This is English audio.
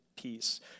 Peace